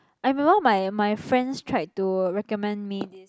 I remember my my friends tried to recommend me this